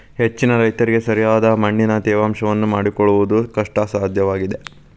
ಹೆಚ್ಚಿನ ರೈತರಿಗೆ ಸರಿಯಾದ ಮಣ್ಣಿನ ತೇವಾಂಶವನ್ನು ಮಾಡಿಕೊಳ್ಳವುದು ಕಷ್ಟಸಾಧ್ಯವಾಗಿದೆ